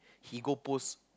he go post